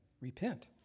Repent